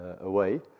away